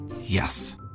yes